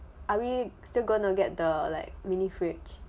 are we still gonna get the like mini fridge